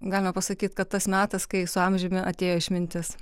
galime pasakyt kad tas metas kai su amžiumi atėjo išmintis